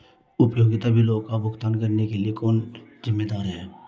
उपयोगिता बिलों का भुगतान करने के लिए कौन जिम्मेदार है?